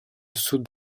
sud